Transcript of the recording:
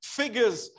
figures